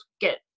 get